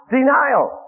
denial